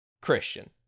Christian